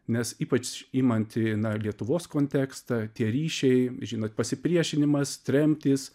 nes ypač imant na lietuvos kontekstą tie ryšiai žinot pasipriešinimas tremtys